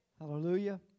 Hallelujah